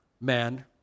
man